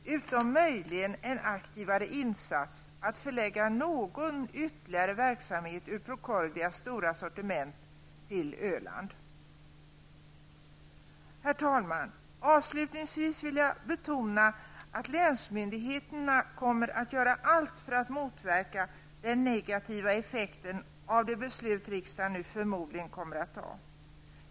Möjligen kan det leda till en aktivare insats för att lägga någon ytterligare verksamhet ur Herr talman! Avslutningsvis vill jag betona att länsmyndigheterna kommer att göra allt för att motverka den negativa effekten av det beslut som riksdagen förmodligen kommer att fatta.